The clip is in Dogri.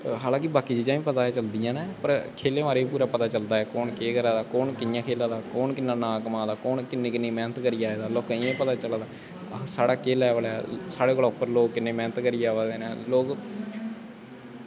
हालां कि बाकी चीजां बी पता चलदियां न पर खेलैं बारै च बी पूरा पता चलदा ऐ कु'न केह् करा दा कु'न कि'यां खेला दा कु'न किन्ना नांऽ कमाऽ दा कु'न किन्नी मैह्नत करियै आंदा लोकें गी पता चला दा साढ़ा केह् लैवल ऐ साढ़ै कोला उप्पर किन्ने लोग मैह्नत करियै अ'वा दे न लोग